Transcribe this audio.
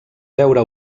veure